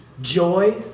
Joy